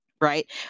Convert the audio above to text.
right